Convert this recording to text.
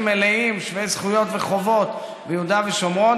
מלאים שווי זכויות וחובות ביהודה ושומרון,